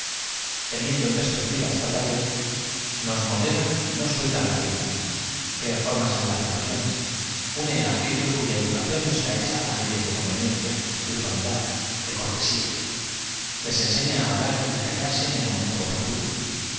teniendo en perspectiva esta tarea nos modera y no suelta las riendas crea formas en las relaciones une á aquellos cuya educación no está hecha á leyes de conveniencia de urbanidad de corteslai les ensefia á hablar y á callarso en el momento oportuno